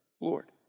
Lord